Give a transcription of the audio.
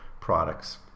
products